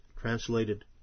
translated